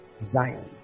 Zion